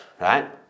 right